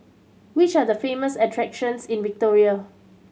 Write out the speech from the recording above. which are the famous attractions in Victoria